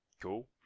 Cool